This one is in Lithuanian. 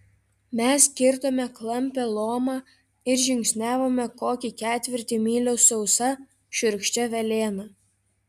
mes kirtome klampią lomą ir žingsniavome kokį ketvirtį mylios sausa šiurkščia velėna